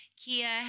Kia